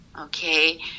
Okay